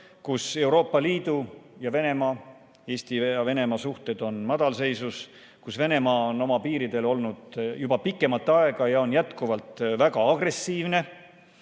kus Euroopa Liidu ja Venemaa ning Eesti ja Venemaa suhted on madalseisus, Venemaa on oma piiridel olnud juba pikemat aega ja on jätkuvalt väga agressiivne,